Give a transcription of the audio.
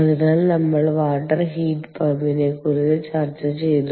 അതിനാൽ നമ്മൾ water heat പമ്പ്നെ കുറിച് ചർച്ച ചെയ്തു